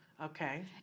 Okay